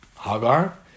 Hagar